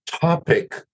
topic